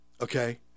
okay